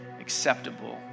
acceptable